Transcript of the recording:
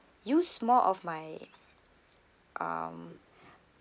use more of my um